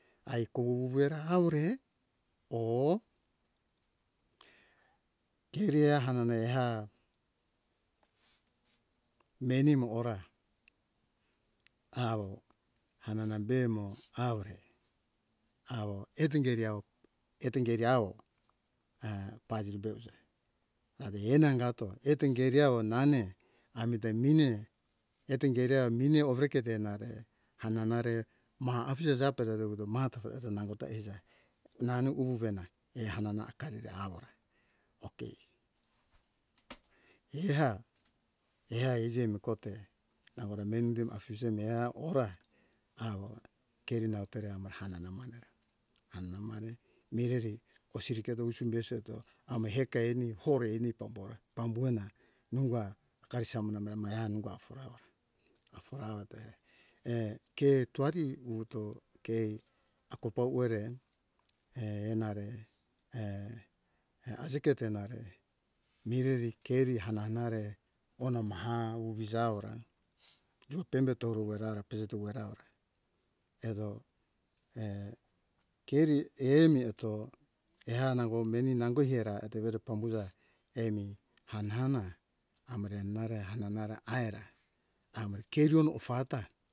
Ai ko wuwu era awore oh keriha anana eha meni mo ora hawo hanana be mo awore awo eto ingeri awo eto ingeri awo err paziri be uja ate enangato eto ingeri awo nane amita mine eto ingere er mine owereketo err nare hanana re maha afije jape eto wuto mahata eto nango eiza ta eiza nana uvena he anana akari ra awora ok eha eha iji mi kote nango da meni undi afije meha ora awo keri nau tore amora hanana manana hanana mare mireri wasiri keto usum besi eto amo hekai ani hore ani pambora pambuhona nunga akari samona maramara anunga afuru ora afora awo ete err ke twati wuto kei ako pau uwere err enare err err asikete nare mireri keri hanana re hona maha uvi jaora do tembe toru wera ara pejeto uwera aura eto err keri emi eto eha nango ihera eto weto pambuza emi hana hana amore nare hanana re aira amore keri rona ofata